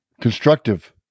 constructive